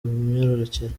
myororokere